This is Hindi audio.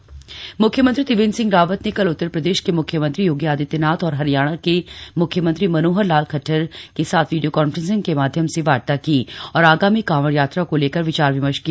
कांवड यात्रा मुख्यमंत्री त्रिवेन्द्र सिंह रावत ने कल उत्तर प्रदेश के मुख्यमंत्री योगी आदित्यनाथ और हरियाणा के मुख्यमंत्री मनोहर लाल खट्टर वीडियो कांफ्रेंसिग के माध्यम से वार्ता की और आगामी कांवङ यात्रा को लेकर विचार विमर्श किया